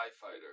fighter